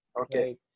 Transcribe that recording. Okay